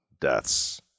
deaths